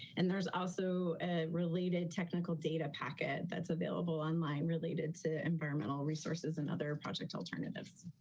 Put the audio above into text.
and there's also related technical data packet that's available online related to environmental resources and other project alternatives.